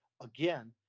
again